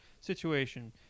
situation